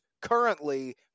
currently